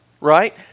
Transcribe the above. right